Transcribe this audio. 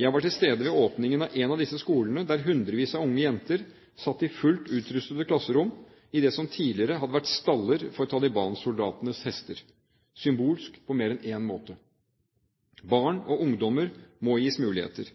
Jeg var til stede ved åpningen av en disse skolene der hundrevis av unger jenter satt i fullt utrustede klasserom i det som tidligere hadde vært staller for Taliban-soldatenes hester – symbolsk på mer enn én måte. Barn og ungdommer må gis muligheter.